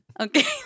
Okay